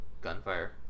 gunfire